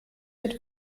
mit